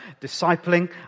discipling